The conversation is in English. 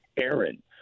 Aaron